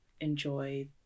enjoy